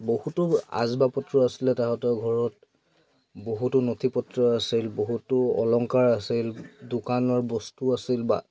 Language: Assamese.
বহুতো আচবাব পত্ৰ আছিলে তাহাঁতৰ ঘৰত বহুতো নথিপত্ৰ আছিল বহুতো অলংকাৰ আছিল দোকানৰ বস্তু আছিল বা